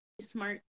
Smart